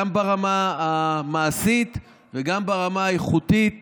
גם ברמה המעשית וגם ברמה האיכותית,